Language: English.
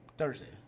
Thursday